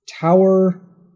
tower